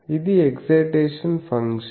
ఇది excitation function